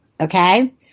Okay